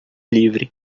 livre